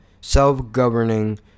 Self-governing